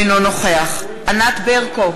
אינו נוכח ענת ברקו,